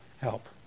help